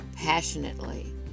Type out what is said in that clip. Passionately